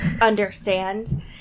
understand